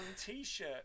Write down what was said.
t-shirt